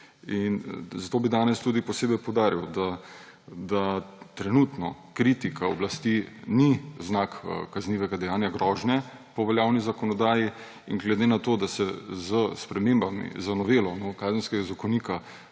Zato bi danes tudi posebej poudaril, da trenutno kritika oblasti ni znak kaznivega dejanja grožnje po veljavni zakonodaji, in glede na to, da se s spremembami, z novelo Kazenskega zakonika